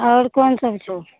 आओर कोन सब छौ